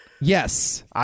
Yes